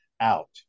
out